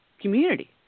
community